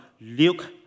Luke